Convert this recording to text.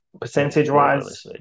Percentage-wise